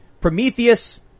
Prometheus